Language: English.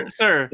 sir